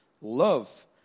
love